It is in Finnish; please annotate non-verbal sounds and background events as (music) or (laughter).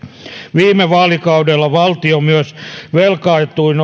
viime vaalikaudella valtio myös velkaantui (unintelligible)